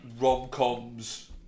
rom-coms